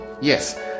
yes